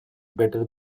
better